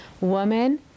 Woman